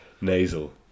nasal